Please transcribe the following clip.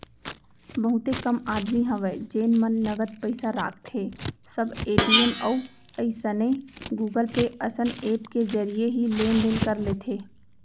बहुते कम आदमी हवय जेन मन नगद पइसा राखथें सब ए.टी.एम अउ अइसने गुगल पे असन ऐप के जरिए ही लेन देन कर लेथे